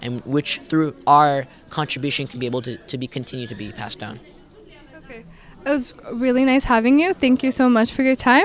and which through our contribution to be able to to be continued to be passed down was really nice having you think you so much for your time